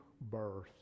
birth